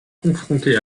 confrontée